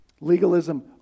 Legalism